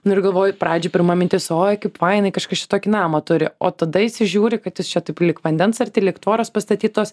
nu ir galvoju pradžioj pirma mintis oi kaip fainai kažkas čia tokį namą turi o tada įsižiūri kad jis čia taip lyg vandens arti lyg tvoros pastatytos